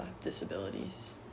disabilities